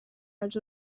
els